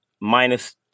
minus